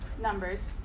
numbers